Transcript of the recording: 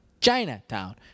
Chinatown